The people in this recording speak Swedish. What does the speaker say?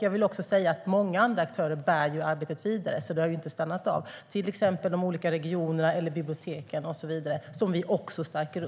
Jag vill också säga att många andra aktörer bär arbetet vidare - det har inte stannat av - till exempel de olika regionerna, biblioteken och så vidare, som vi också stärker.